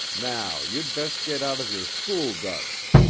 now you'd best get out of your school duds.